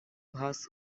has